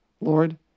Lord